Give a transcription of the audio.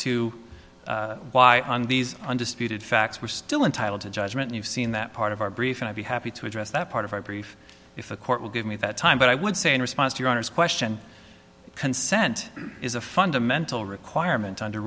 to why on these undisputed facts we're still entitled to judgment you've seen that part of our brief and i'd be happy to address that part of our brief if the court will give me that time but i would say in response to your honor's question consent is a fundamental requirement under